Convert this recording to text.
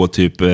typ